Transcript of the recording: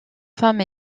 femme